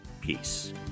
peace